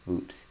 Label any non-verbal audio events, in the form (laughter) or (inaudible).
(noise)